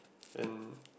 and